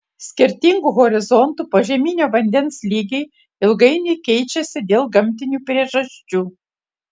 skirtingų horizontų požeminio vandens lygiai ilgainiui keičiasi dėl gamtinių priežasčių